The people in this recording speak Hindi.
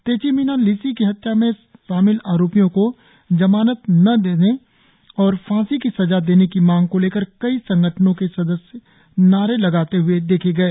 तेची मीना लिसी की हत्या में शामिल आरोपियों को जमानत न देते और फांसी की सजा देने की मांग को लेकर कई संगठनों के सदस्य नारे लगाते हए देखे गए